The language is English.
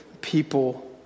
people